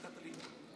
שלוש דקות.